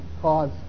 cause